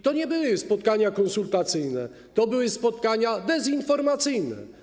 To nie były spotkania konsultacyjne, to były spotkania dezinformacyjne.